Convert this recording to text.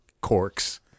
corks